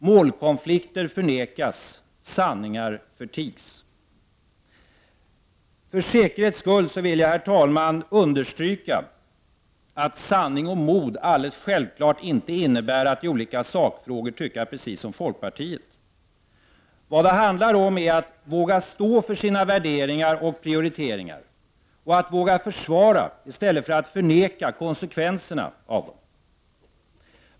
Målkonflikter förnekas, sanningar förtigs. Herr talman! För säkerhets skull vill jag understryka att sanning och mod självfallet inte innebär att i olika sakfrågor tycka som folkpartiet. Vad det handlar om är att våga stå för sina värderingar och prioriteringar och att våga försvara, i stället för att förneka, konsekvenserna av dem.